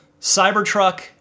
Cybertruck